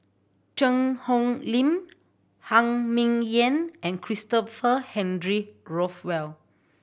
Cheang Hong Lim Phan Ming Yen and Christopher Henry Rothwell